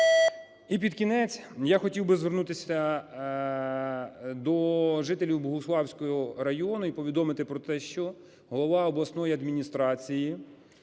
І під кінець я хотів би звернутися до жителів Богуславського району і повідомити про те, що голова обласної адміністрації